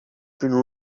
been